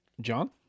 John